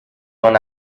l’on